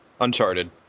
Uncharted